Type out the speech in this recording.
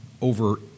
over